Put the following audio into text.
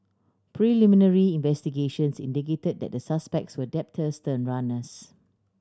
preliminary investigations indicated that the suspects were debtors turn runners